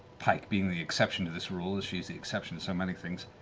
pike being the exception to this rule, as she's the exception to so many things,